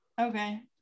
Okay